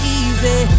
easy